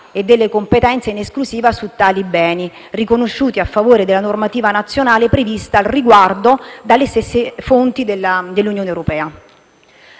e delle competenze in esclusiva su tali beni riconosciuti a favore della normativa nazionale prevista al riguardo dalle stesse fonti dell'Unione europea.